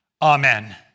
Amen